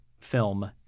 film